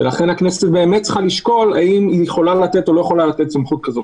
לכן הכנסת צריכה לשקול אם היא יכולה לתת או לא יכולה לתת סמכות כזאת.